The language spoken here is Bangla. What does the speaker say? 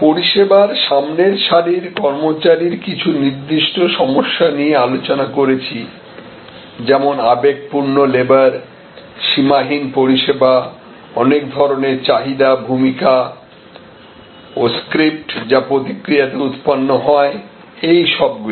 পরিষেবার সামনের সারির কর্মচারীর কিছু নির্দিষ্ট সমস্যা নিয়ে আলোচনা করেছি যেমন আবেগপূর্ণলেবার সীমাহীন পরিষেবা অনেক ধরনের চাহিদা ভূমিকা ও স্ক্রিপ্ট যা প্রতিক্রিয়াতে উৎপন্ন হয় এই সবগুলি